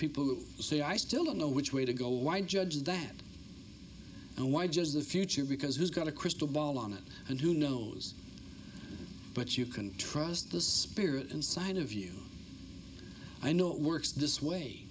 people who say i still don't know which way to go why judge that and why just the future because he's got a crystal ball on it and who knows but you can trust the spirit inside of you i know it works this way